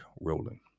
rolling